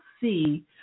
see